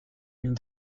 une